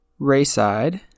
Rayside